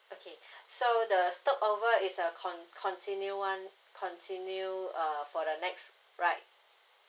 okay so the stopover is a con~ continue one continue uh for the next right